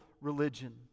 religion